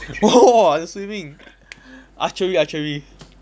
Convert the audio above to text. !whoa! swimming archery archery